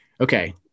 okay